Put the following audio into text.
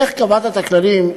איך קבעת את הכללים?